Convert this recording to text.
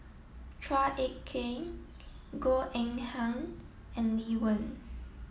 Chua Ek Kay Goh Eng Han and Lee Wen